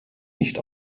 nicht